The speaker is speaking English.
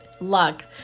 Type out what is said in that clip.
luck